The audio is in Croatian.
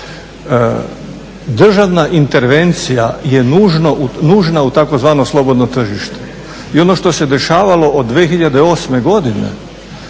državna intervencija je nužna u tzv. slobodno tržište. I ono što se dešavalo od 2008.godine